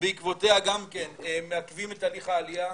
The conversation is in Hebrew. ובעקבותיה גם כן מעכבים את תהליך העליה,